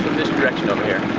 this direction over here